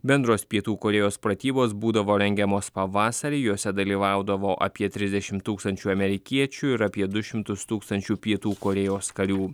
bendros pietų korėjos pratybos būdavo rengiamos pavasarį juose dalyvaudavo apie trisdešim tūkstančių amerikiečių ir apie du šimtus tūkstančių pietų korėjos karių